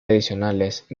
adicionales